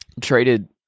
traded